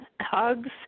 hugs